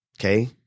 Okay